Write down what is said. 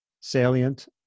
salient